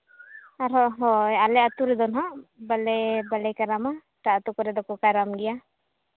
ᱟᱨᱦᱚᱸ ᱦᱳᱭ ᱟᱞᱮ ᱟᱹᱛᱩ ᱨᱮᱫᱚ ᱱᱟᱦᱟᱸᱜ ᱵᱟᱞᱮ ᱵᱟᱞᱮ ᱠᱟᱨᱟᱢᱟ ᱮᱴᱟᱜ ᱟᱹᱛᱩ ᱠᱚᱨᱮ ᱫᱚᱠᱚ ᱠᱟᱨᱟᱢ ᱜᱮᱭᱟ